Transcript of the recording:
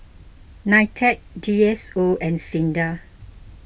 Nitec D S O and Sinda